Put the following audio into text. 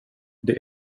det